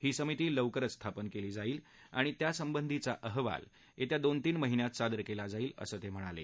ही समिती लवकरच स्थापन केली जाईल आणि त्यासंबंधीचा अहवाल दोन तीन महिन्यात सादर केला जाईल असं ते म्हणाले